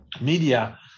media